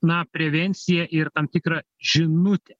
na prevenciją ir tam tikrą žinutę